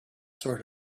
sort